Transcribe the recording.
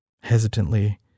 Hesitantly